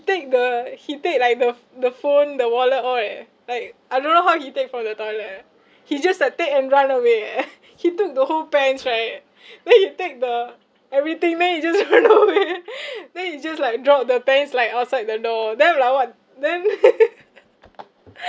take the he take like the ph~ the phone the wallet all eh like I don't know how he take from the toilet ah he just like take and run away eh he took the whole pants right then he take the everything then he just run away then he just like drop the pants like outside the door then I'm like what then